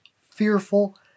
fearful